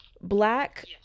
black